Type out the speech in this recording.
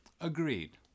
Agreed